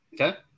Okay